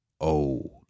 old